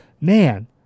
man